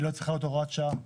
היא לא צריכה להיות הוראת שעה,